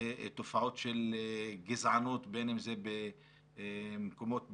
מתופעות של גזענות, בין אם זה במקומות בילוי,